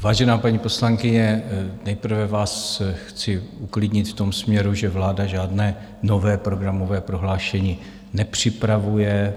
Vážená paní poslankyně, nejprve vás chci uklidnit v tom směru, že vláda žádné nové programové prohlášení nepřipravuje.